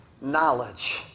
knowledge